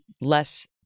less